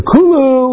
Kulu